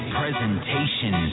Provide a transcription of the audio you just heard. presentation